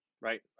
right